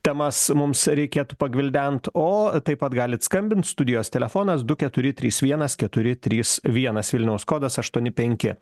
temas mums reikėtų pagvildent o taip pat galit skambint studijos telefonas du keturi trys vienas keturi trys vienas vilniaus kodas aštuoni penki